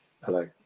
hello